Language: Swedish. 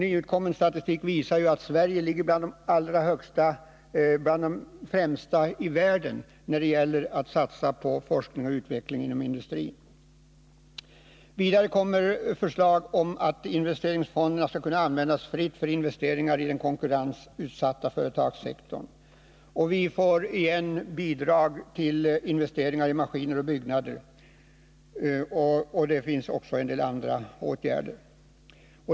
Nyutkommen statistik visar ju att Sverige ligger bland de främsta länderna i världen när det gäller att satsa på forskning och utveckling inom industrin. Vidare kommer förslag om att investeringsfonderna fritt skall kunna användas för investeringar inom den konkurrensutsatta företagssektorn. Återigen kommer det att lämnas bidrag till investeringar i maskiner och byggnader. Sparplanen omfattar också en del andra åtgärder.